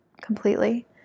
completely